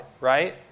right